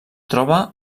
troba